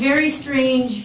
very strange